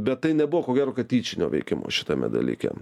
bet tai nebuvo ko gero kad tyčinio veikimo šitame dalyke